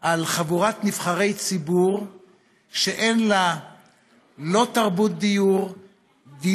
עם חבורת נבחרי ציבור שאין לה לא תרבות דיון,